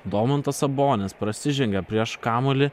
domantas sabonis prasižengė prieš kamuolį